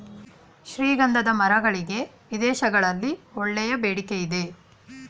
ಶ್ರೀಗಂಧದ ಮರಗಳಿಗೆ ವಿದೇಶಗಳಲ್ಲಿ ಒಳ್ಳೆಯ ಬೇಡಿಕೆ ಇದೆ